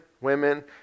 women